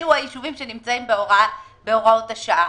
אלו היישובים שנמצאים בהוראות השעה.